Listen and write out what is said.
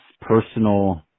personal